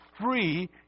free